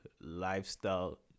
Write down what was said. lifestyle